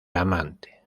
amante